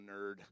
nerd